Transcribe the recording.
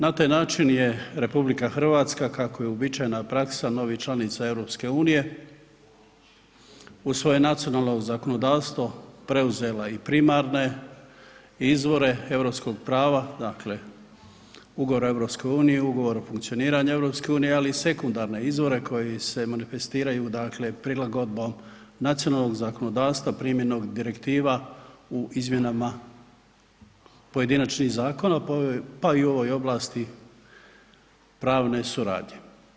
Na taj način je RH, kako je uobičajena praksa novih članica EU u svoje nacionalno zakonodavstvo preuzela i primarne izvore EU prava, dakle Ugovor o EU, Ugovor o funkcioniranju EU, ali i sekundarne izvore koji se manifestiraju prilagodbom nacionalnog zakonodavstva primjenom direktiva u izmjenama pojedinačnih zakona, pa i u ovoj ovlasti pravne suradnje.